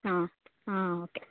ആ ആ ഓക്കേ